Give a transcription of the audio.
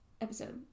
episode